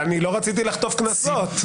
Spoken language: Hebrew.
אני לא רציתי לחטוף קנסות...